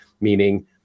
meaning